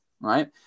right